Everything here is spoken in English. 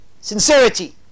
sincerity